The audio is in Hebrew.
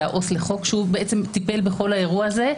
העובד הסוציאלי לחוק שהוא בעצם טיפל בכל האירוע הזה.